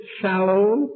shallow